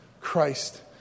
Christ